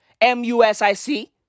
M-U-S-I-C